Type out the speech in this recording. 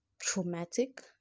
traumatic